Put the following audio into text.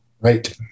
Right